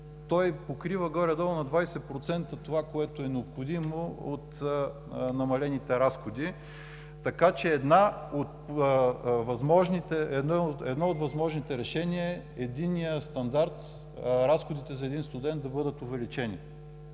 той покрива горе-долу на 20% това, което е необходимо, от намалените разходи. Така че едно от възможните решения е единният стандарт – разходите за един студент да бъдат увеличени,